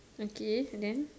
okay then